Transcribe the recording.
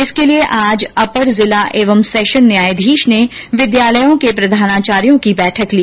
इसके लिये आज अपर जिला एवं सैशन न्यायाधीश ने विद्यालयों के प्रधानाचार्यो की बैठक ली